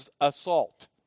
assault